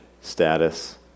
status